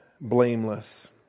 blameless